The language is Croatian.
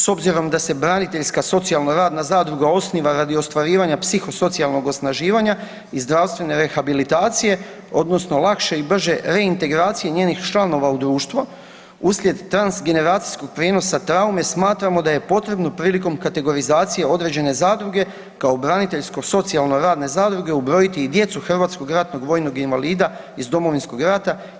S obzirom da se braniteljska socijalno radna zadruga osniva radi ostvarivanja psihosocijalnog osnaživanja i zdravstvene rehabilitacije odnosno lakše i brže reintegracije njenih članova u društvo uslijed transgeneracijskog prijenosa traume smatramo da je potrebno prilikom kategorizacije određene zadruge kao braniteljsko socijalno radne zadruge ubrojiti i djecu HRVI iz Domovinskog rata i djecu dragovoljaca iz Domovinskog rata.